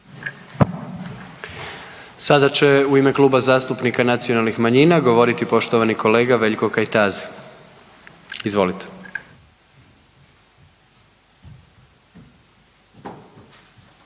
Sada će u ime Kluba zastupnika nacionalnih manjina govoriti poštovani kolega Veljko Kajtazi, izvolite.